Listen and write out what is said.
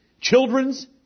Children's